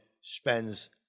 spends